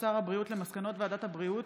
הודעות שר הבריאות על מסקנות ועדת הבריאות